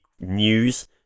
News